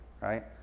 right